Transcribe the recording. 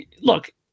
look